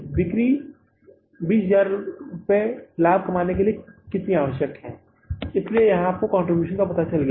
बिक्री 20000 रुपये का लाभ कमाने के लिए आवश्यक है इसलिए आपको यहां कंट्रीब्यूशन का पता चला है